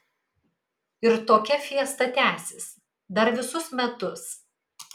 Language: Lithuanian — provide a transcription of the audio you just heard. ir tokia fiesta tęsis dar visus metus